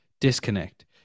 disconnect